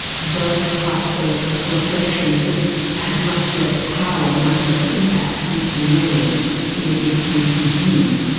those types of reflections would have had much less power and much less impact coming from me than they did coming from him,